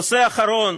נושא אחרון